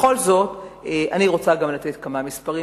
בכל זאת אני רוצה גם לתת כמה מספרים,